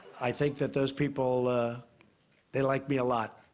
i think that those people they like me a lot.